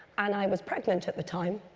and i was pregnant at the time,